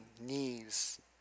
knees